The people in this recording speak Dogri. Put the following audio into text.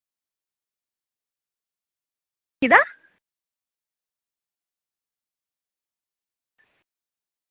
कीदा